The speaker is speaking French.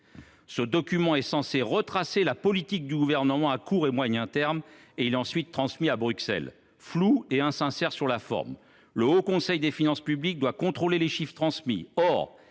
Ce document est censé retracer la politique du Gouvernement à court et moyen terme, et il doit être transmis à Bruxelles. Il est flou et insincère sur la forme : le Haut Conseil des finances publiques (HCFP) doit contrôler les chiffres transmis